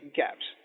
gaps